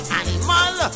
animal